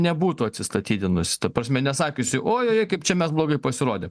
nebūtų atsistatydinusi ta prasme nesakiusi oi kaip čia mes blogai pasirodėm